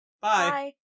Bye